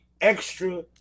extra